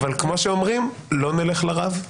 אבל כמו שאומרים לא נלך לרב.